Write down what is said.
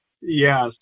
Yes